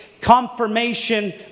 confirmation